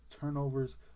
turnovers